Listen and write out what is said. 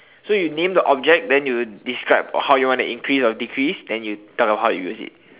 so you name the object then you describe how you want to increase or decrease then you tell them how to use it